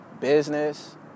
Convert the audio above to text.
business